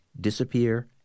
disappear